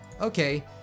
Okay